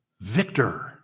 victor